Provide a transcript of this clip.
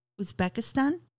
Uzbekistan